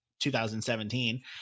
2017